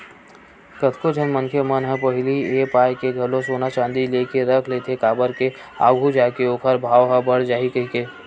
कतको झन मनखे मन ह पहिली ए पाय के घलो सोना चांदी लेके रख लेथे काबर के आघू जाके ओखर भाव ह बड़ जाही कहिके